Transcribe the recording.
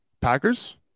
Packers